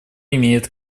имеет